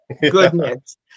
goodness